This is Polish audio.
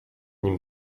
nim